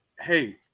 hey